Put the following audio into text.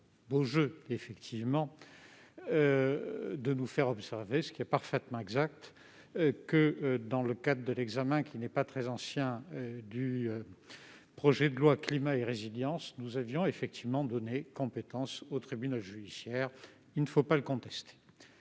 beau jeu de nous faire une observation parfaitement exacte. Dans le cadre de l'examen, qui n'est pas très ancien, du projet de loi Climat et résilience, nous avions effectivement donné compétence au tribunal judiciaire ; il ne faut pas le contester.